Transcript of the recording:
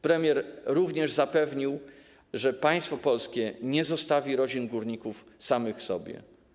Premier również zapewnił, że państwo polskie nie zostawi rodzin górników samych sobie.